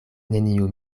neniu